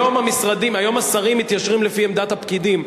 היום השרים מתיישרים לפי עמדת הפקידים,